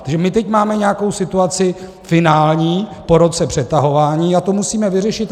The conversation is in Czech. Takže my teď máme nějakou situaci finální po roce přetahování a tu musíme vyřešit.